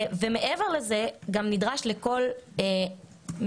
מעבר לזה גם נדרש לכל משלוח,